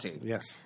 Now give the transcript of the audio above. Yes